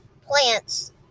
plants